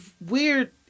weird